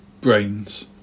brains